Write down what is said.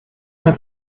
mal